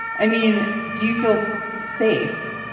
i mean, do you feel safe?